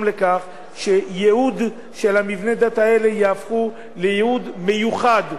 לכך שהייעוד של מבני הדת האלה יהפוך לייעוד מיוחד,